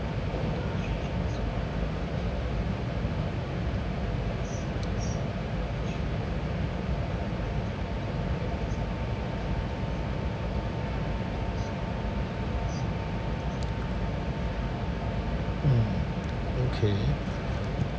mm okay